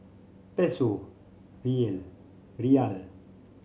Peso Riel Riyal